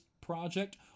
project